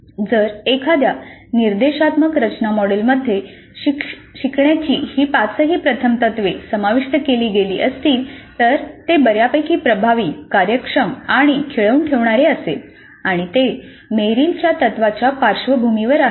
जर एखाद्या निर्देशात्मक रचना मॉडेलमध्ये शिक्षणाची ही पाचही प्रथम तत्त्वे समाविष्ट केली गेली असतील तर ते बर्यापैकी प्रभावी कार्यक्षम आणि खिळवून ठेवणारे असेल आणि ते मेरिलच्या तत्त्वांच्या पार्श्वभूमीवर आहे